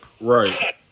Right